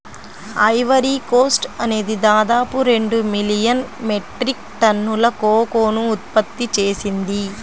Ivory Coast అనేది దాదాపు రెండు మిలియన్ మెట్రిక్ టన్నుల కోకోను ఉత్పత్తి చేసింది